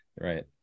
Right